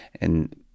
And-